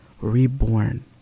reborn